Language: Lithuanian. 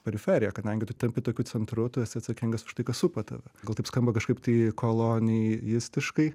periferija kadangi tu tampi tokiu centru tu esi atsakingas už tai kas supa tave gal taip skamba kažkaip tai kolonijistiškai